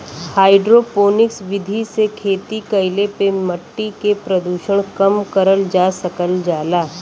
hydroponics विधि से खेती कईले पे मट्टी के प्रदूषण कम करल जा सकल जाला